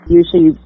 usually